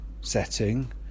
setting